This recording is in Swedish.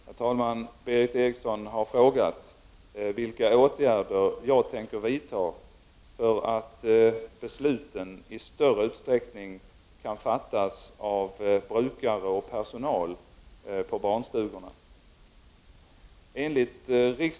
Herr talman! Berith Eriksson har frågat vilka åtgärder jag tänker vidta för att besluten i större utsträckning kan fattas av brukare och personal på barnstugorna.